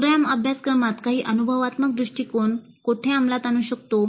programme अभ्यासक्रमात आम्ही अनुभवात्मक दृष्टीकोन कोठे अंमलात आणू शकतो